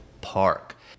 park